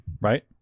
right